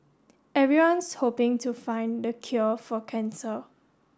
everyone's hoping to find the cure for cancer